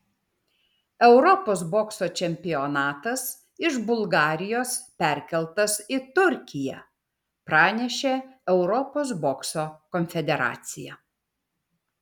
europos bokso čempionatas iš bulgarijos perkeltas į turkiją pranešė europos bokso konfederacija